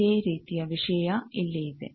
ಇದೇ ರೀತಿಯ ವಿಷಯ ಇಲ್ಲಿ ಇದೆ